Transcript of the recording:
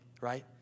right